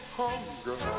hunger